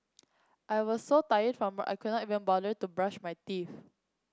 I was so tired from I could not even bother to brush my teeth